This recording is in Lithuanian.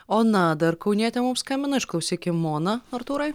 ona dar kaunietė mums skambina išklausykim oną artūrai